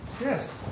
Yes